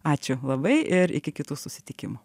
ačiū labai ir iki kitų susitikimų